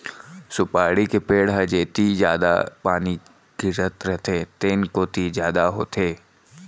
सुपारी के पेड़ ह जेती जादा पानी गिरत रथे तेन कोती जादा होथे